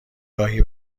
گاهی